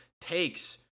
takes